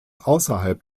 außerhalb